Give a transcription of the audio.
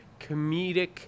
comedic